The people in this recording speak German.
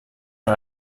für